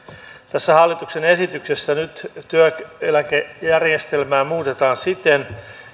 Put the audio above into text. tässä hallituksen esityksessä nyt työeläkejärjestelmää muutetaan siten